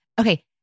Okay